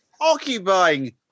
occupying